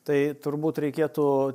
tai turbūt reikėtų